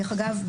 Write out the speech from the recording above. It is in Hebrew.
דרך אגב,